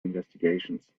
investigations